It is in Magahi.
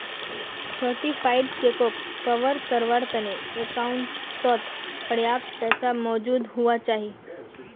सर्टिफाइड चेकोक कवर कारवार तने अकाउंटओत पर्याप्त पैसा मौजूद हुवा चाहि